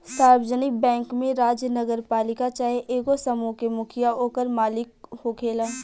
सार्वजानिक बैंक में राज्य, नगरपालिका चाहे एगो समूह के मुखिया ओकर मालिक होखेला